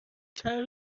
چند